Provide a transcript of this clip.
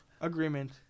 Agreement